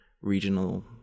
regional